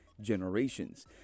generations